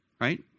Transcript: right